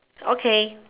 okay